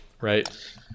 Right